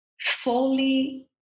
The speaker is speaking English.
fully